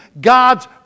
God's